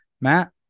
matt